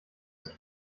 ist